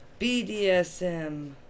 BDSM